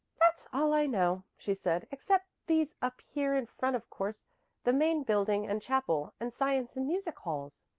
that's all i know, she said, except these up here in front of course the main building and chapel, and science and music halls.